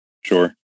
sure